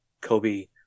kobe